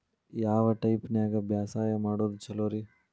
ಯಾವ ಟೈಪ್ ನ್ಯಾಗ ಬ್ಯಾಸಾಯಾ ಮಾಡೊದ್ ಛಲೋರಿ?